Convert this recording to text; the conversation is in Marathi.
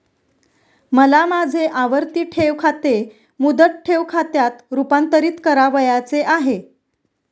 मला माझे आवर्ती ठेव खाते मुदत ठेव खात्यात रुपांतरीत करावयाचे आहे